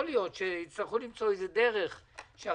יכול להיות שיצטרכו למצוא איזו דרך שהרשויות